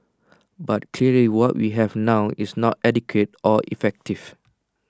but clearly what we have now is not adequate or effective